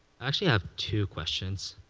actually, i have two questions.